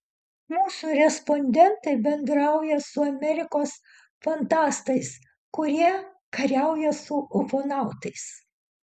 mūsų respondentai bendrauja su amerikos fantastais kurie kariauja su ufonautais